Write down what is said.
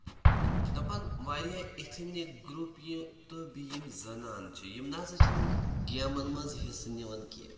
دَپان واریاہ ethnic group یہِ تہٕ بیٚیہِ یِم زَنانہٕ چھِ یِم نہ ہسا چھِنہٕ گیمَن منٛز حِصہٕ نِوان کینٛہہ